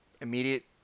immediate